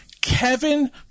Kevin